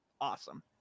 Awesome